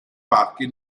parchi